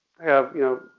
have, you know,